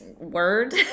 word